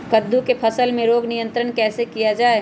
कददु की फसल में रोग नियंत्रण कैसे किया जाए?